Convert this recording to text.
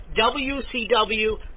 WCW